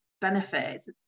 benefits